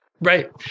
Right